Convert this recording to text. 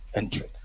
entry